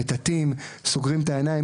מטאטאים וסוגרים את העיניים,